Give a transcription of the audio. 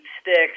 sticks